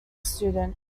student